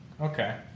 okay